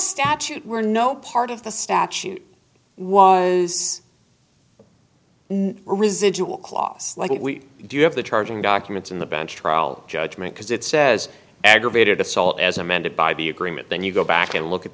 statute we're no part of the statute was residual clause like we do have the charging documents in the bench trial judgment because it says aggravated assault as amended by the agreement then you go back and look at